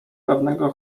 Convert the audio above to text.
pewnego